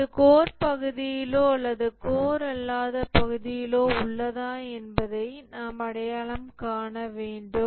இது கோர் பகுதியிலோ அல்லது கோர் அல்லாத பகுதியிலோ உள்ளதா என்பதையும் நாம் அடையாளம் காண வேண்டும்